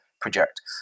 project